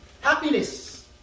Happiness